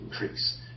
increase